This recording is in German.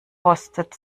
rostet